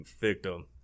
victim